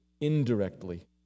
indirectly